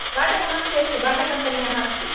बाटा कम् अस्ति अस्ति बाटाकम्पन्याः अस्ति